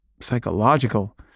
psychological